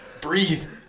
Breathe